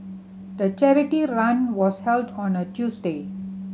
the charity run was held on a Tuesday